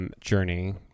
Journey